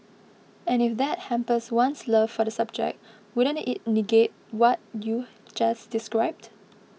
and if that hampers one's love for the subject wouldn't it negate what you've just described